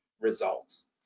results